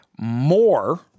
more